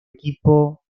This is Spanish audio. equipo